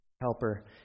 helper